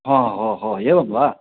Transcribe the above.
हो हो हो एवं वा